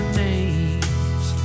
names